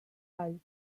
all